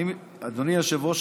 אדוני היושב-ראש,